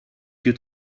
più